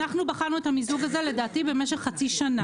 אחנו בחנו את המיזוג הזה לדעתי במשך חצי שנה.